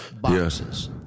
boxes